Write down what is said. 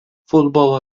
futbolo